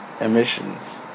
emissions